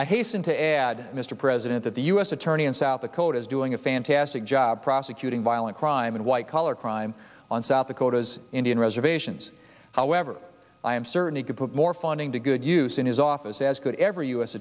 i hasten to add mr president that the u s attorney in south dakota is doing a fantastic job prosecuting violent crime and white collar crime on south dakota's indian reservations however i am certain he could put more funding to good use in his office as good every u